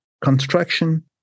construction